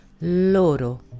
Loro